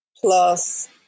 plus